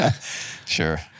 sure